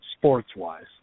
sports-wise